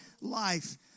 life